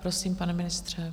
Prosím, pane ministře.